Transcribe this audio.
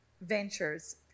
ventures